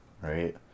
right